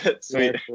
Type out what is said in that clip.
sweet